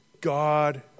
God